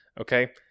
Okay